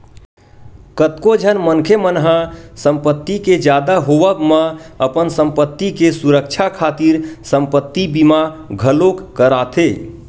कतको झन मनखे मन ह संपत्ति के जादा होवब म अपन संपत्ति के सुरक्छा खातिर संपत्ति बीमा घलोक कराथे